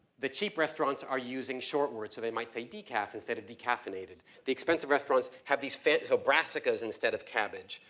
the cheap restaurants are using short words, so they might say decaf instead of decaffeinated. the expensive restaurants have these fancy, so brassicas instead of cabbage.